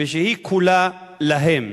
ושהיא כולה להם?